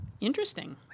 Interesting